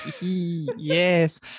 Yes